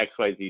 XYZ